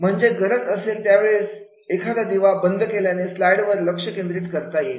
म्हणजे गरज असेल त्यावेळेस एखादा दिवा बंद केल्याने स्लाईडवर लक्ष केंद्रित करता येते